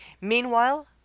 Meanwhile